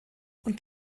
und